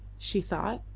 she thought.